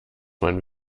man